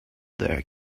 there